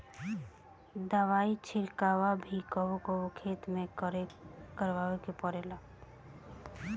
हवाई छिड़काव भी कबो कबो खेतन में करावे के पड़ेला